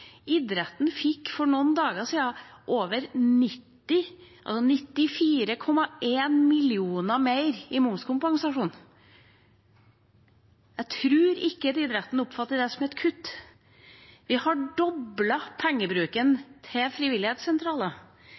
Idretten fikk for noen dager siden 94,1 mill. kr mer i momskompensasjon. Jeg tror ikke idretten oppfatter det som et kutt. Vi har doblet pengebruken til